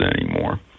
anymore